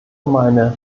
meine